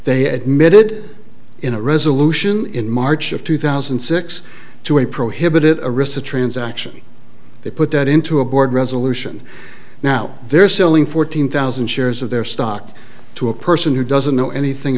they admitted in a resolution in march of two thousand and six to a prohibited arista transaction they put that into a board resolution now they're selling fourteen thousand shares of their stock to a person who doesn't know anything